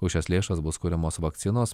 už šias lėšas bus kuriamos vakcinos